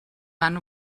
van